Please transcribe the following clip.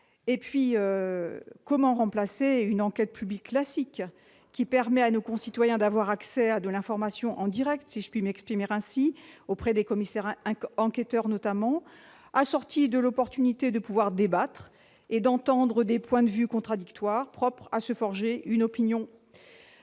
et puis comment remplacer une enquête publique classique qui permet à nos concitoyens d'avoir accès à de l'information en Direct si je puis m'exprimer ainsi, auprès des commissaires un enquêteurs notamment assortie de l'opportunité de pouvoir débattre et d'entendre des points de vue contradictoires propres à se forger une opinion,